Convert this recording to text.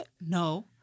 No